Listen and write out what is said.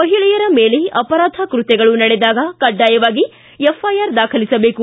ಮಹಿಳೆಯರ ಮೇಲೆ ಅಪರಾಧ ಕೃತ್ತಗಳು ನಡೆದಾಗ ಕಡ್ಡಾಯವಾಗಿ ಎಫ್ಐಆರ್ ದಾಖಲಿಸಬೇಕು